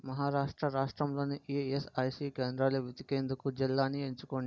మహారాష్ట్ర రాష్ట్రంలోని ఈఎస్ఐసి కేంద్రాలు వెతికేందుకు జిల్లాని ఎంచుకోండి